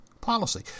policy